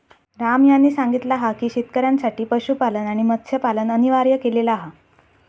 राम यांनी सांगितला हा की शेतकऱ्यांसाठी पशुपालन आणि मत्स्यपालन अनिवार्य केलेला हा